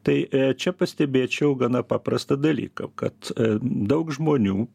tai čia pastebėčiau gana paprastą dalyką kad daug žmonių